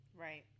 Right